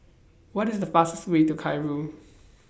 What IS The fastest Way to Cairo